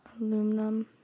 aluminum